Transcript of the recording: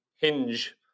Hinge